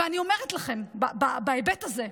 ואני אומרת לכם בהיבט הזה,